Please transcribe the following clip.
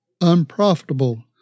unprofitable